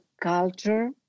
culture